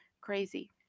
Crazy